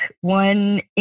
one